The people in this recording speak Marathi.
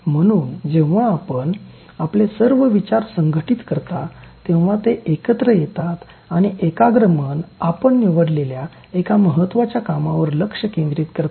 म्हणून जेव्हा आपण आपले सर्व विचार संघटीत करता तेव्हा ते एकत्र येतात आणि एकाग्र मन आपण निवडलेल्या एका महत्वाच्या कामावर लक्ष केंद्रित करते